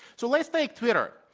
so let's take twitter.